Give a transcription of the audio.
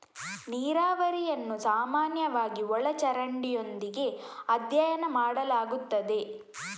ನೀರಾವರಿಯನ್ನು ಸಾಮಾನ್ಯವಾಗಿ ಒಳ ಚರಂಡಿಯೊಂದಿಗೆ ಅಧ್ಯಯನ ಮಾಡಲಾಗುತ್ತದೆ